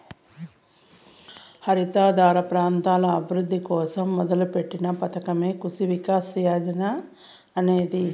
వర్షాధారిత ప్రాంతాల అభివృద్ధి కోసం మొదలుపెట్టిన పథకమే కృషి వికాస్ యోజన అనేది